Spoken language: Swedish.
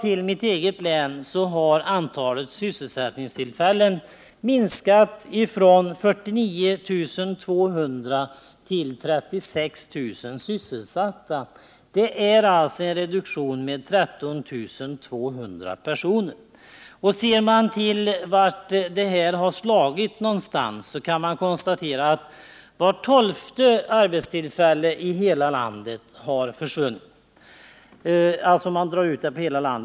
I mitt hemlän har antalet sysselsättningstillfällen minskat från 49 200 till 36 000, alltså en reduktion med 13 200. Drar man ut dessa siffror till att gälla hela landet, så kan man konstatera att vart tolfte arbetstillfälle har försvunnit.